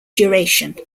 duration